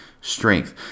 strength